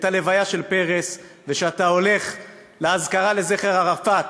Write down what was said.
את הלוויה של פרס ושאתה הולך לאזכרה לזכר ערפאת.